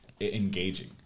Engaging